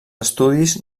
estudis